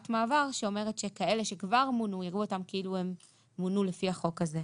מעבר שאומרת שכאלה שכבר מונו יראו אותם כאילו הם מונו לפי החוק הזה.